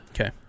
Okay